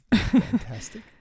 Fantastic